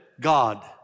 God